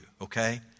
okay